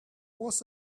was